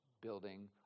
building